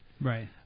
Right